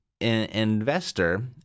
investor